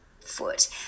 foot